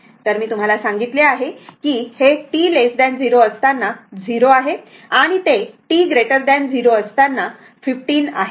तर मी तुम्हाला सांगितले आहे की हे t 0 असताना 0 आहे आणि ते t 0 असताना 15 आहे